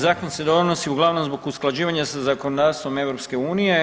Zakon se donosi uglavnom zbog usklađivanja sa zakonodavstvom EU.